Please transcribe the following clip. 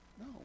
No